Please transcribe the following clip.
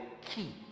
key